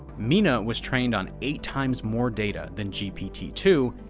meena was trained on eight times more data than gpt two,